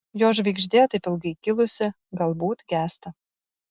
jo žvaigždė taip ilgai kilusi galbūt gęsta